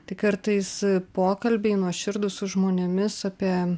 tai kartais pokalbiai nuoširdūs su žmonėmis apie